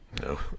no